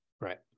Right